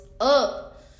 up